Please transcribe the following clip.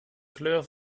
kleur